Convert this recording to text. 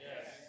Yes